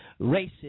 racist